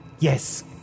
Yes